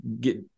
get